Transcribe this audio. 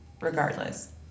regardless